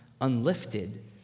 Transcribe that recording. unlifted